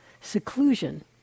seclusion